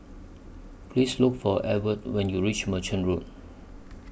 Please Look For Edw when YOU REACH Merchant Road